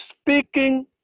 speaking